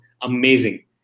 amazing